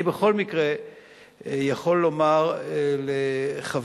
אני בכל מקרה יכול לומר לחברי,